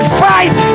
fight